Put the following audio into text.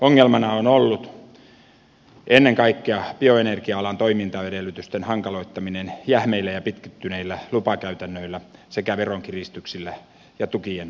ongelmana on ollut ennen kaikkea bioenergia alan toimintaedellytysten hankaloittaminen jähmeillä ja pitkittyneillä lupakäytännöillä sekä veronkiristyksillä ja tukien vähentämisellä